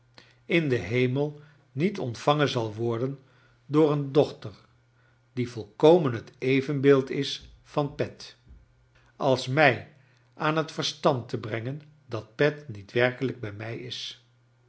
in den hemel niet ontvangen zal worden door een doehter die volkomen het evenbeeld is van pet als mij aan het verstand te brengen dat pet niet werkelijk bij mij is